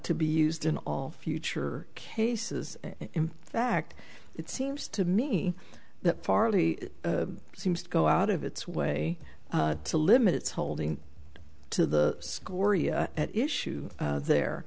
to be used in all future cases in fact it seems to me that farley seems to go out of its way to limit its holding to the score at issue there